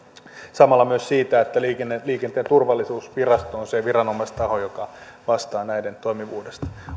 myös siitä että liikenteen turvallisuusvirasto on se viranomaistaho joka vastaa näiden toimivuudesta